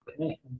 Okay